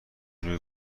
روی